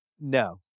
No